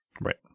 Right